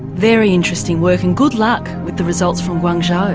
very interesting work, and good luck with the results from guangzhou. ah